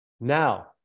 Now